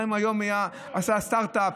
גם אם היום עשה סטרטאפ,